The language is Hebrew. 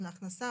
להכנסה.